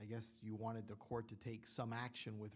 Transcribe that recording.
i guess you wanted the court to take some action with